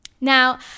Now